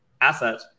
asset